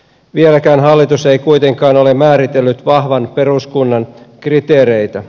vieläkään hallitus ei kuitenkaan ole määritellyt vahvan peruskunnan kriteereitä